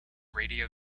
radio